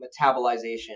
metabolization